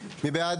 מי בעד?